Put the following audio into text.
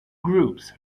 groups